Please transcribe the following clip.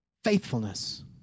Faithfulness